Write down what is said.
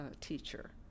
teacher